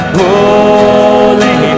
holy